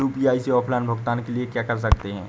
UPI से offline भुगतान के लिए क्या कर सकते हैं?